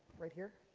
right here.